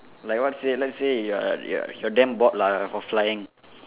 like what say let's say you're you're you're damn bored lah of flying